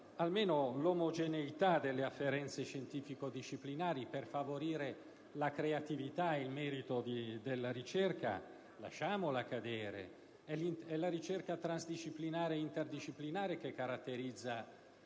cadere l'omogeneità delle afferenze scientifico-disciplinari, per favorire la creatività e il merito della ricerca. È la dimensione transdisciplinare e interdisciplinare che caratterizza